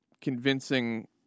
convincing